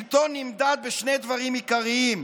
שלטון נמדד בשני דברים עיקריים,